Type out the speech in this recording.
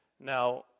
Now